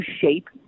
shape